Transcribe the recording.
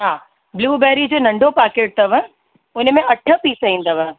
हा ब्लूबेरी जो नंढो पैकिट अथव उनमें अठ पीस ईंदव